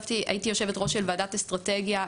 הייתי יושבת ראש של ועדת אסטרטגיה 2032,